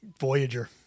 Voyager